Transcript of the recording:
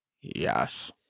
Yes